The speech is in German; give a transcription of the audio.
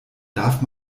darf